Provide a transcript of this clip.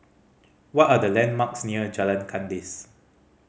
what are the landmarks near Jalan Kandis